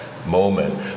Moment